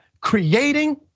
creating